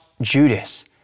Judas